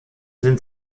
sind